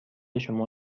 شما